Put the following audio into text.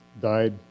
died